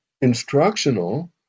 instructional